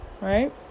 Right